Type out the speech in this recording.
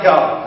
God